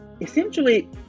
essentially